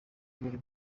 ruri